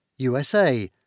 USA